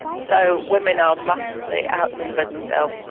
so women are massively outnumbered still.